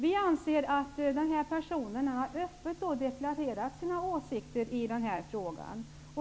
Personen i fråga har öppet deklarerat sina åsikter på området.